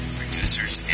producers